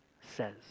says